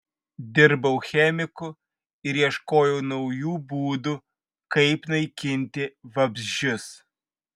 dirbau chemiku ir ieškojau naujų būdų kaip naikinti vabzdžius